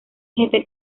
jefe